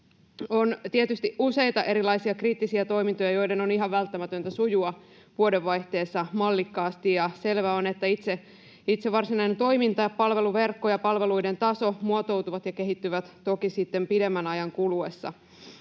On tietysti useita erilaisia kriittisiä toimintoja, joiden on ihan välttämätöntä sujua vuodenvaihteessa mallikkaasti. Selvää on, että itse varsinainen toiminta, palveluverkko ja palveluiden taso muotoutuvat ja kehittyvät toki sitten pidemmän ajan kuluessa.